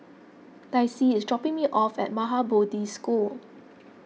Dicy is dropping me off at Maha Bodhi School